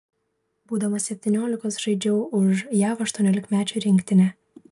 būdamas septyniolikos žaidžiau už jav aštuoniolikmečių rinktinę